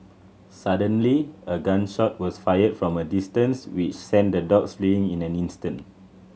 suddenly a gun shot was fired from a distance which sent the dogs fleeing in an instant